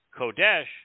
Kodesh